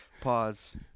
pause